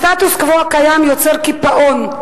הסטטוס-קוו יוצר קיפאון,